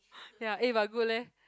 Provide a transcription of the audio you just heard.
ya eh but good leh